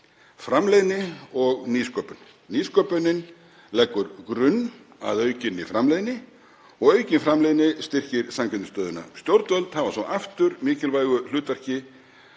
framleiðni og nýsköpun. Nýsköpunin leggur grunn að aukinni framleiðni og aukin framleiðni styrkir samkeppnisstöðuna. Stjórnvöld hafa svo aftur mikilvægu hlutverki